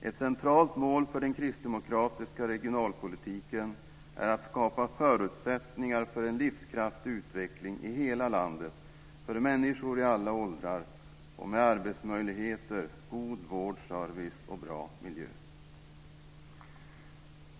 Ett centralt mål för den kristdemokratiska regionalpolitiken är att skapa förutsättningar för en livskraftig utveckling i hela landet, för människor i alla åldrar och med arbetsmöjligheter, god vård, service och bra miljö.